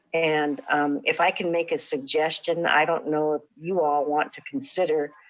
and if i can make a suggestion, i don't know if you all want to consider.